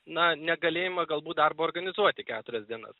na negalėjimą galbūt darbą organizuoti keturias dienas